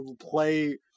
play